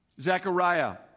Zechariah